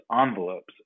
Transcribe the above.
envelopes